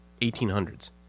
1800s